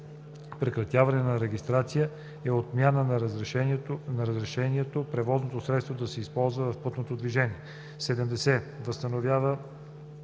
„Прекратяване на регистрация“ е отмяна на разрешението превозното средство да се използва в пътното движение.